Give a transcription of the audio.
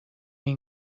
این